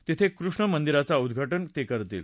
तिथं ते कृष्ण मंदिराचा उद्घाटन करतील